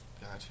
Gotcha